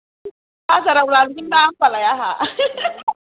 बाजाराव लांगोनना होनबालाय आंहा